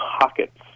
pockets